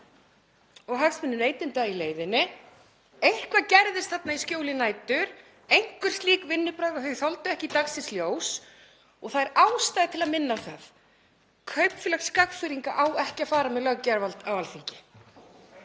og hagsmunum neytenda í leiðinni. Eitthvað gerðist þarna í skjóli nætur, einhver slík vinnubrögð að þau þoldu ekki dagsins ljós og það er ástæða til að minna á það að Kaupfélag Skagfirðinga á ekki að fara með löggjafarvald á Alþingi.